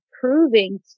proving